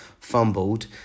fumbled